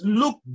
look